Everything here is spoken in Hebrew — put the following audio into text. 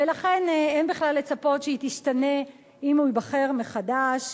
ולכן אין בכלל לצפות שהיא תשתנה אם הוא ייבחר מחדש.